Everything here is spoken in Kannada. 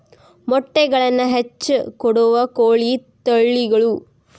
ಮೊಟ್ಟೆಗಳನ್ನ ಹೆಚ್ಚ ಕೊಡುವ ಕೋಳಿಯ ತಳಿಗಳು